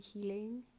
healing